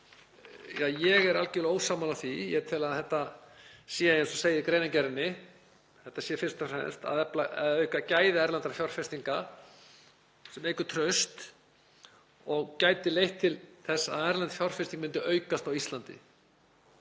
Ég er algjörlega ósammála því. Ég tel að þetta sé, eins og segir í greinargerðinni, fyrst og fremst að auka gæði erlendra fjárfestinga, sem eykur traust og gæti leitt til þess að erlend fjárfesting myndi aukast á Íslandi.